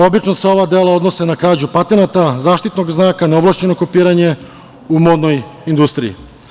Obično se ova dela odnose na krađu patenata, zaštitnog znaka, neovlašćenog kopiranje u modnoj industriji.